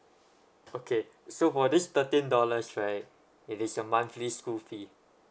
okay so for this thirteen dollars right it is a monthly school fee